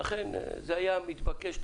לכן זה היה מתבקש.